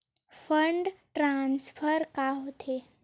Fund transfer का होथे?